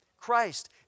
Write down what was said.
Christ